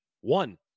one